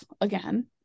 again